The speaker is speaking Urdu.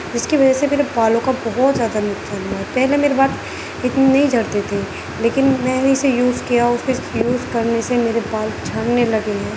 جس کی وجہ سے میرے بالوں کا بہت زیادہ نقصان ہوا ہے پہلے میرے بات اتنے نہیں جھڑتے تھے لیکن میں نے اسے یوز کیا اس کے بعد سے یوز کرنے سے میرے بال جھڑنے لگے ہیں